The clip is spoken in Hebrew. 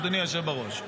אדוני היושב בראש.